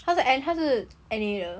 他是 end 他是 anti know